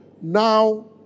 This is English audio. now